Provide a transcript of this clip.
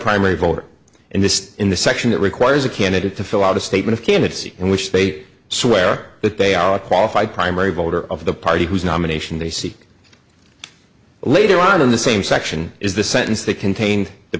primary voter in this in the section that requires a candidate to fill out a statement of candidacy in which they swear that they are qualified primary voter of the party whose nomination they seek later on in the same section is the sentence that contained the